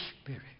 Spirit